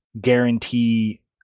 guarantee